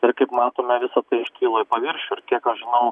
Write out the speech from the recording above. ir kaip matome visa tai iškilo į paviršių ir kiek aš žinau